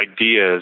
ideas